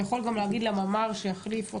אתה יכול גם להגיד לממ"ר שיחליף אותך.